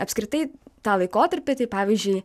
apskritai tą laikotarpį tai pavyzdžiui